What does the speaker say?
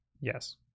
Yes